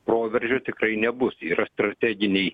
proveržio tikrai nebus yra strateginiai